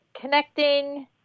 Connecting